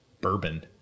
bourbon